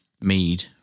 Mead